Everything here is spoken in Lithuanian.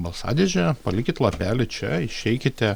balsadėžė palikit lapelį čia išeikite